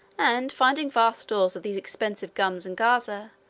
and, finding vast stores of these expensive gums in gaza,